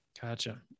Gotcha